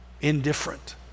indifferent